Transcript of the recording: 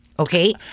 Okay